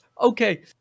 Okay